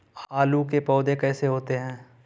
आलू के पौधे कैसे होते हैं?